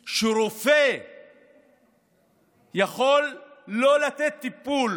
אומרת שרופא יכול לא לתת טיפול